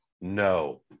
No